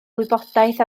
wybodaeth